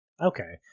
Okay